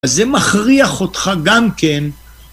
אז זה מכריח אותך גם כן.